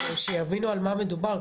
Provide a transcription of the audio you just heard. כדי שיבינו על מה מדובר,